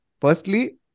Firstly